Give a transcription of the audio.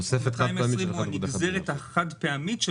תוספת חד פעמית של